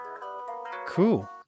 cool